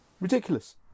Ridiculous